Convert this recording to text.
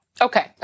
okay